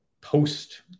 post